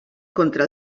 contra